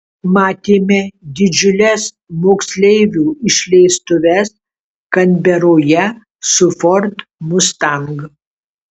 matėme didžiules moksleivių išleistuves kanberoje su ford mustang